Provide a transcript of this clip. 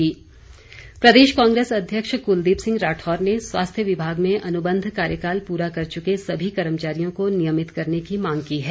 राठौर प्रदेश कांग्रेस अध्यक्ष कुलदीप सिंह राठौर ने स्वास्थ्य विभाग में अनुबंध कार्यकाल पूरा कर चुके सभी कर्मचारियों को नियमित करने की मांग की है